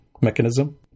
mechanism